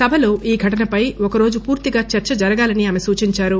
సభలో ఈ ఘటనపై ఒకరోజు పూర్తిగా చర్స జరగాలని ఆమె సూచించారు